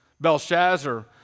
Belshazzar